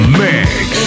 mix